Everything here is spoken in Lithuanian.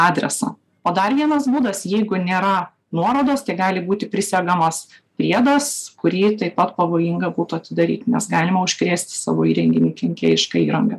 adreso o dar vienas būdas jeigu nėra nuorodos tai gali būti prisegamas priedas kurį taip pat pavojinga būtų atidaryti nes galima užkrėsti savo įrenginį kenkėjiška įranga